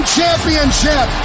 Championship